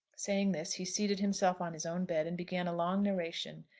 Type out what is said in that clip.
saying this, he seated himself on his own bed, and began a long narration.